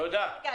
הייתי בפריקה,